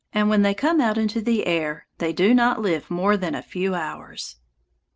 and when they come out into the air they do not live more than a few hours.